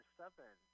seven